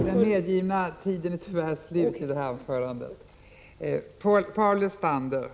Den medgivna taletiden för detta anförande är tyvärr slut.